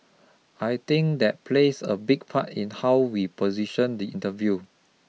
I think that plays a big part in how we position the interview